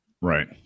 Right